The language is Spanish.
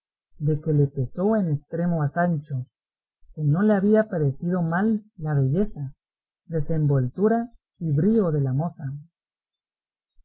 de que le pesó en estremo a sancho que no le había parecido mal la belleza desenvoltura y brío de la moza